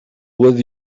with